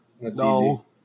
No